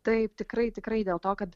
taip tikrai tikrai dėl to kad